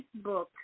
Facebook